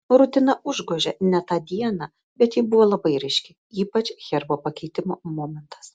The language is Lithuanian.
rutina užgožė net tą dieną bet ji buvo labai ryški ypač herbo pakeitimo momentas